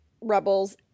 rebels